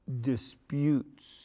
disputes